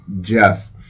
Jeff